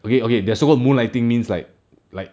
okay okay their so-called moonlighting means like like